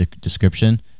description